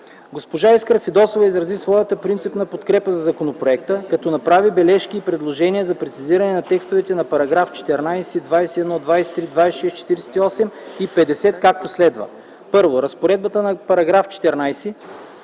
Госпожа Искра Фидосова изрази своята принципна подкрепа за законопроекта, като направи бележки и предложения за прецизиране на текстовете на параграфи 14, 21, 23, 26, 48 и 50, както следва: Първо, в разпоредбата на § 14